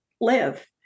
live